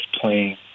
playing